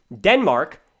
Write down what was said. Denmark